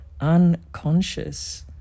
unconscious